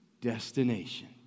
destination